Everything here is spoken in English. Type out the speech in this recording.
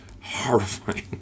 horrifying